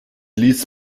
ließ